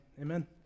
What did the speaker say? amen